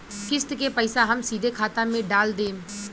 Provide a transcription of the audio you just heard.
किस्त के पईसा हम सीधे खाता में डाल देम?